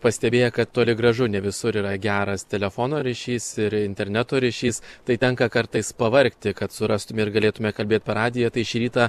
pastebėję kad toli gražu ne visur yra geras telefono ryšys ir interneto ryšys tai tenka kartais pavargti kad surastume ir galėtume kalbėt per radiją tai šį rytą